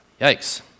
Yikes